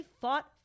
fought